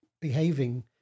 behaving